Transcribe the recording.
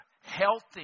healthy